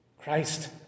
Christ